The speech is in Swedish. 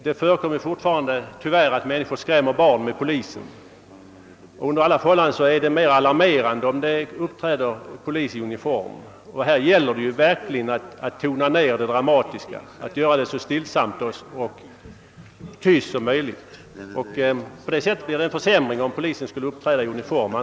Det förekommer nämligen tyvärr fortfarande att människor skrämmer barnen med polisen, och det är under alla förhållanden mera alarmerande om polismännen uppträder i uniform. Det gäller att tona ned det dramatiska och att verkställa förrättningen så lugnt och stilla som möjligt. Därför anser jag det vara till skada om polismännen uppträder i uniform.